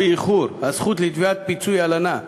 לבין זמן התיישנות החל על תביעת פיצויים בגין הלנת שכר.